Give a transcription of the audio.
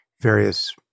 various